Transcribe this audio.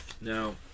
Now